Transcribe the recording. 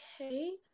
Okay